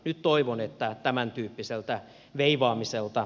nyt toivon että tämäntyyppiseltä veivaamiselta